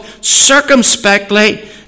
circumspectly